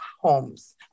homes